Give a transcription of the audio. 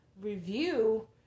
review